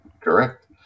Correct